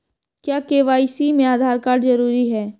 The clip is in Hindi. क्या के.वाई.सी में आधार कार्ड जरूरी है?